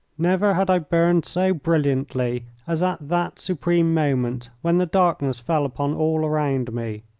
never had i burned so brilliantly as at that supreme moment when the darkness fell upon all around me.